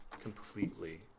completely